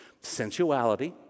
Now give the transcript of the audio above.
Sensuality